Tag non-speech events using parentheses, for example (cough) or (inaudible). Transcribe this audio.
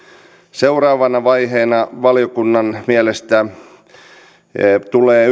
seuraavana vaiheena valiokunnan mielestä tulee (unintelligible)